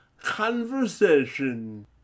CONVERSATION